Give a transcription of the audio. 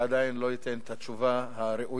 זה עדיין לא ייתן את התשובה הראויה.